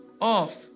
off